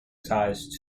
ties